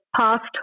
Past